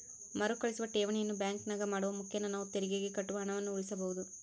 ಮರುಕಳಿಸುವ ಠೇವಣಿಯನ್ನು ಬ್ಯಾಂಕಿನಾಗ ಮಾಡುವ ಮುಖೇನ ನಾವು ತೆರಿಗೆಗೆ ಕಟ್ಟುವ ಹಣವನ್ನು ಉಳಿಸಬಹುದು